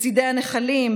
בצידי הנחלים,